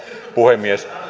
puhemies